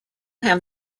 have